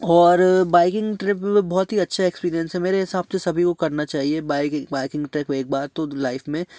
और biking trip में बहुत ही अच्छा एक्सपिरेंस है मेरे हिसाब से सभी को करना चाहिए बाइकिंग एक बार तो लाइफ में